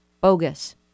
Bogus